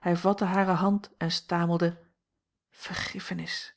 hij vatte hare hand en stamelde vergiffenis